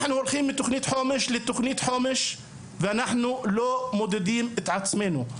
אנחנו הולכים לתוכנית חומש ולא בודקים את עצמנו.